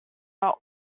not